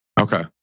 okay